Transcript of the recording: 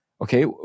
okay